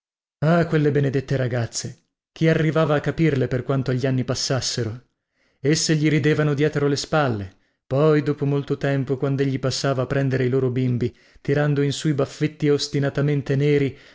ah quelle benedette ragazze chi arrivava a capirle per quanto gli anni passassero esse gli ridevano dietro le spalle poi dopo molto tempo quandegli passava a prendere i loro bimbi tirando in su i baffetti ostinatamente neri